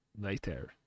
later